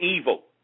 evil